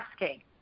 asking